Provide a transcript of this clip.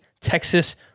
Texas